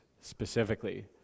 specifically